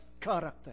character